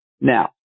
Now